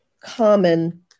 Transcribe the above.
common